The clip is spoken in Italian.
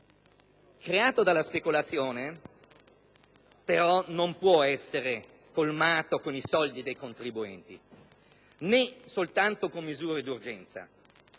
creato dalla speculazione, però, non può essere colmato con i soldi dei contribuenti, né soltanto con misure d'urgenza.